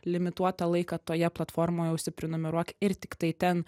limituotą laiką toje platformoje užsiprenumeruok ir tiktai ten